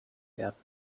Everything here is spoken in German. werden